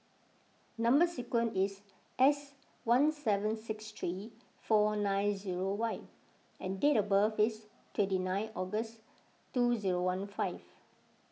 Number Sequence is S one seven six three four nine zero Y and date of birth is twenty nine August two zero one five